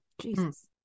jesus